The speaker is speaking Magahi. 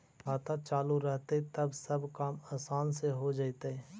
खाता चालु रहतैय तब सब काम आसान से हो जैतैय?